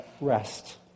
rest